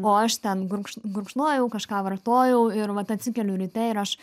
o aš ten gurkš gurkšnojau kažką vartojau ir vat atsikeliu ryte ir aš